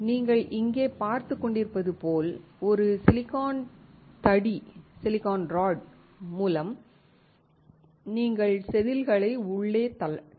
நீங்கள் இங்கே பார்த்துக் கொண்டிருப்பது போல் ஒரு சிலிக்கான் தடி மூலம் நீங்கள் செதில்களை உள்ளே தள்ளலாம்